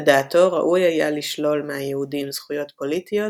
לדעתו ראוי היה לשלול מהיהודים זכויות פוליטיות,